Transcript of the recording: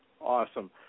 Awesome